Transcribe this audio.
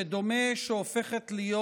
שדומה שהופכת להיות,